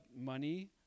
money